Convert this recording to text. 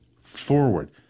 forward